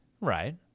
right